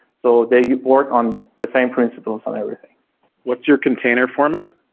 so they get work on the same principles on everything what's your container format?